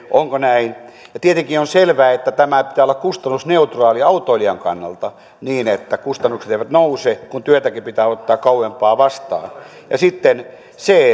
onko näin tietenkin on selvää että tämän pitää olla kustannusneutraali autoilijan kannalta niin että kustannukset eivät nouse kun työtäkin pitää ottaa kauempaa vastaan sitten se